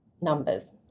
numbers